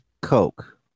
Coke